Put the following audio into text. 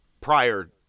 prior